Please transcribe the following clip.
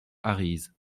arize